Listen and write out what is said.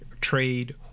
trade